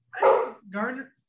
Gardner